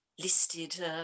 listed